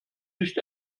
nicht